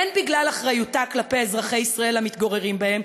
הן בגלל אחריותה כלפי אזרחי ישראל המתגוררים בהם,